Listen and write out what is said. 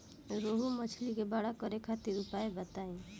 रोहु मछली के बड़ा करे खातिर उपाय बताईं?